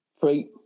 three